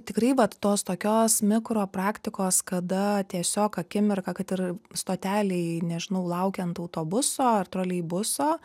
tikrai vat tos tokios mikro praktikos kada tiesiog akimirką kad ir stotelėj nežinau laukiant autobuso ar troleibuso